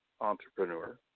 entrepreneur